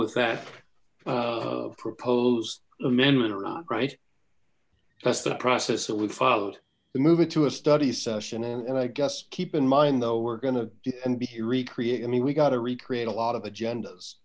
with that proposed amendment or not right that's the process will be followed to move it to a study session and i guess keep in mind though we're gonna be recreate i mean we got to recreate a lot of agendas